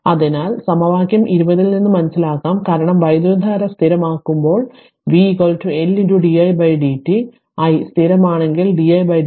അതിനാൽ സമവാക്യം 20 ൽ നിന്ന് മനസ്സിലാക്കാം കാരണം വൈദ്യുതധാര സ്ഥിരമാകുമ്പോൾ v L di dt i സ്ഥിരമാണെങ്കിൽ di dt 0